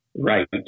right